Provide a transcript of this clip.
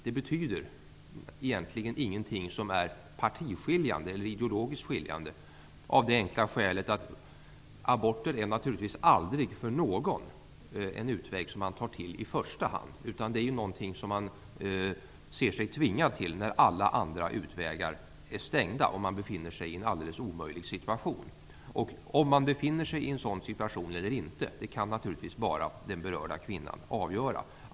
Det betyder egentligen ingenting som är partiskiljande eller ideologiskt skiljande, av det enkla skälet att aborter naturligtvis aldrig kan vara en utväg som man tar till i första hand. Det är något man ser sig tvingad till, när alla andra utvägar är stängda och man befinner sig i en alldeles omöjlig situation. Om man befinner sig i en sådan situation kan naturligtvis bara den berörda kvinnan avgöra.